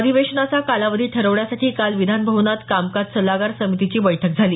अधिवेशनाचा कालावधी ठरवण्यासाठी काल विधानभवनात कामकाज सल्लागार समितीची बैठक झाली